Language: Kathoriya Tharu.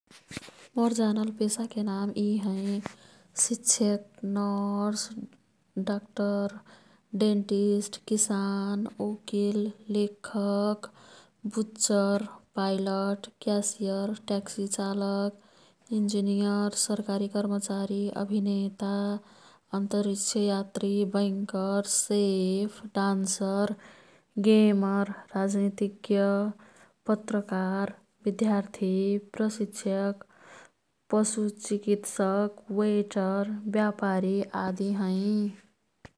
मोर् जानल पेशाके नाम यी हैं। शिक्षक, नर्स, डक्टर, डेन्टिस्ट, किसान, वकिल, लेखक, बुच्चर्, पाईलट, क्यासियर, ट्याक्सी चालक, इन्जिनियर, सरकारी कर्मचारी, अभिनेता, अन्तरिक्षयात्री, बैंकर, शेफ, डान्सर, गेमर, राजनीतिज्ञ, पत्रकार, बिद्यार्थी, प्रशिक्षक, पशु चिकित्सक, वेटर, ब्यपारी आदि हैं।